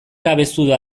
cabezudo